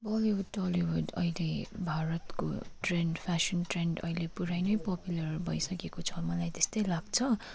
Bollywood Tollywood अहिले भारतको trend fashion trend अहिले पुरै नै पपुलर भइसकेको छ मलाई त्यस्तै लाग्छ